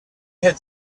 had